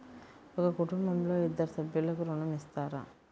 ఒక కుటుంబంలో ఇద్దరు సభ్యులకు ఋణం ఇస్తారా?